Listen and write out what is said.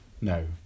No